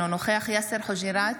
אינו נוכח יאסר חוג'יראת,